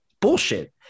Bullshit